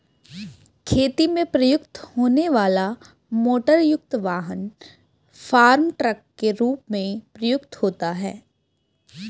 खेती में प्रयुक्त होने वाला मोटरयुक्त वाहन फार्म ट्रक के रूप में प्रयुक्त होता है